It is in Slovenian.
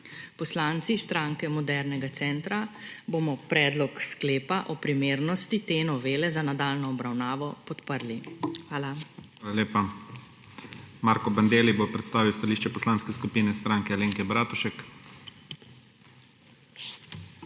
Poslanci Stranke modernega centra bomo predlog sklepa o primernosti te novele za nadaljnjo obravnavo podprli. Hvala. PREDSEDNIK IGOR ZORČIČ: Hvala lepa. Marko Bandelli bo predstavil stališče Poslanske skupine Stranke Alenke Bratušek.